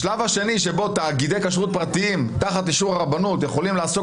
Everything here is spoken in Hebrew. השלב השני שבו תאגידי כשרות פרטיים תחת אישור הרבנות יכולים לעסוק